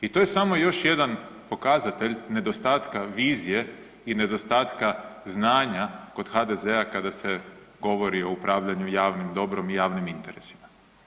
I to je samo još jedan pokazatelj nedostatka vizije i nedostatka znanja kod HDZ-a kada se govori o upravljanju javnim dobrom i javnim interesima.